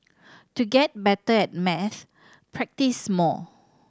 to get better at maths practise more